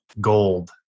gold